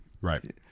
right